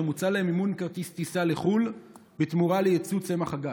שמוצע להם מימון כרטיס טיסה וטיול לחו"ל בתמורה ליצוא צמח הגת.